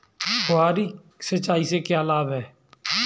फुहारी सिंचाई के क्या लाभ हैं?